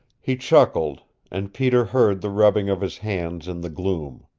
he chuckled, and peter heard the rubbing of his hands in the gloom.